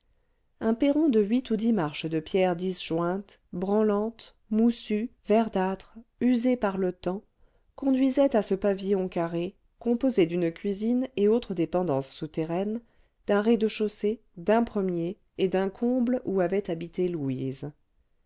un perron de huit ou dix marches de pierres disjointes branlantes moussues verdâtres usées par le temps conduisait à ce pavillon carré composé d'une cuisine et autres dépendances souterraines d'un rez-de-chaussée d'un premier et d'un comble où avait habité louise